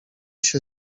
się